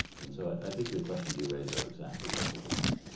and so i think the questions you raise are exactly the right ones